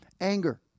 anger